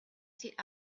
sit